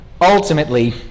ultimately